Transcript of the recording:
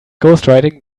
ghostwriting